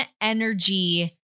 energy